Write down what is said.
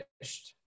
finished